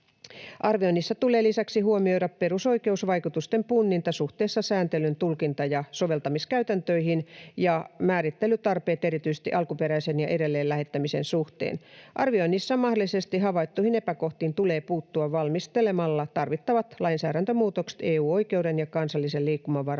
Arvioinnissa tulee lisäksi huomioida perusoikeusvaikutusten punninta suhteessa sääntelyn tulkinta- ja soveltamiskäytäntöihin ja määrittelytarpeet erityisesti alkuperäisen ja edelleen lähettämisen suhteen. Arvioinnissa mahdollisesti havaittuihin epäkohtiin tulee puuttua valmistelemalla tarvittavat lainsäädäntömuutokset EU-oikeuden ja kansallisen liikkumavaran